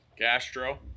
Gastro